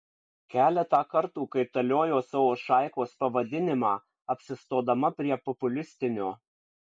keletą kartų kaitaliojo savo šaikos pavadinimą apsistodama prie populistinio